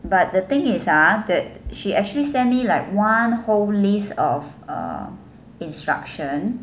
but the thing is that she actually send me like one whole list of instruction